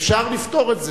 אפשר לפתור את זה.